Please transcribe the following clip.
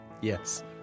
Yes